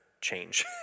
change